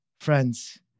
Friends